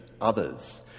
others